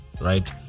right